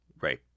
Right